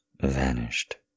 vanished